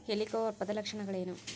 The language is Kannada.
ಹೆಲಿಕೋವರ್ಪದ ಲಕ್ಷಣಗಳೇನು?